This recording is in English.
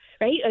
Right